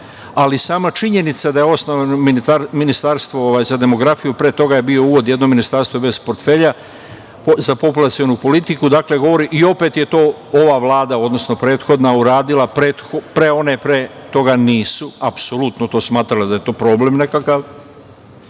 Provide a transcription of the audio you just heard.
ali sama činjenica da je osnovano Ministarstvo za demografiju, pre toga je bio uvod jedno Ministarstvo bez portfelja za populacionu politiku, dakle, govori i opet je to ova Vlada, odnosno prethodna to nije uradila, apsolutno nisu to smatrali da je to problem nekakav,